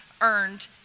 earned